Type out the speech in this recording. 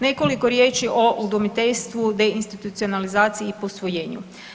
Nekoliko riječi o udomiteljstvu, deinstitucionalizaciji i posvojenju.